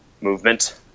movement